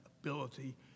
ability